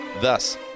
Thus